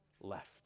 left